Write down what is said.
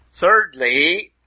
Thirdly